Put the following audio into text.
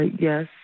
yes